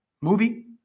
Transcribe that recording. movie